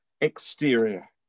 exterior